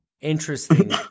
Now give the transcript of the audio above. interesting